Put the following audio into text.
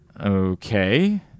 Okay